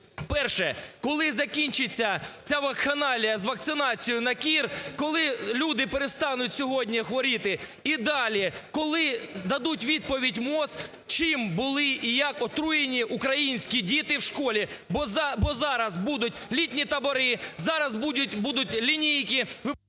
Перше. Коли закінчиться ця вакханалія з вакцинацією на кір? Коли люди перестануть сьогодні хворіти? І далі. Коли дадуть відповідь МОЗ, чим були і як отруєні українські діти в школі? Бо зараз будуть літні табори, зараз будуть лінійки.